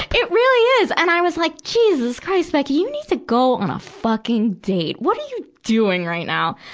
it really is. and i was like, jesus christ, becky. you need to go on a fucking date. what are you doing right now?